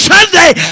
Sunday